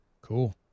Cool